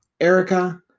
Erica